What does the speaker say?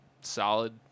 Solid